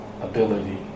ability